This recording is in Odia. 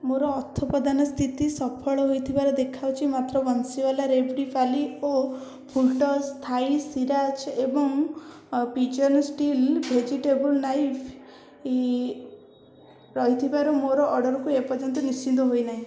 ମୋର ଅର୍ଥପ୍ରଦାନ ସ୍ଥିତି ସଫଳ ହୋଇଥିବାର ଦେଖାଉଛି ମାତ୍ର ବଂଶୀୱାଲା ରେୱଡ଼ି ପାର୍ଲି ଓ ଫୁଲ୍ଟସ୍ ଥାଇ ସ୍ରିରାଚା ଏବଂ ପିଜନ୍ ଷ୍ଟିଲ୍ ଭେଜିଟେବୁଲ୍ ନାଇଫ୍ ରହିଥିବା ମୋ ଅର୍ଡ଼ର୍ଟି ଏପର୍ଯ୍ୟନ୍ତ ନିଶ୍ଚିତ ହୋଇନାହିଁ